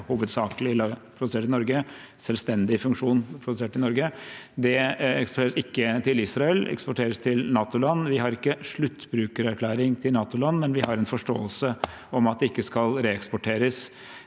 hovedsakelig produsert i Norge eller med selvstendig funksjon produsert i Norge. Det eksporteres ikke til Israel. Det eksporteres til NATO-land. Vi har ikke sluttbrukererklæring til NATO-land, men vi har en forståelse om at det ikke skal reeksporteres